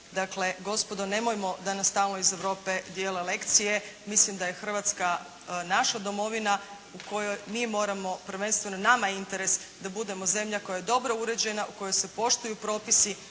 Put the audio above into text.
Dakle, gospodo nemojmo da nam stalno iz Europe dijele lekcije, mislim da je Hrvatska naša domovina u kojoj mi moramo, prvenstveno nama je interes da budemo zemlja koja je dobro uređena, u kojoj se poštuju propisi,